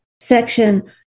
section